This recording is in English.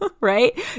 right